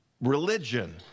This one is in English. religion